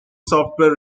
software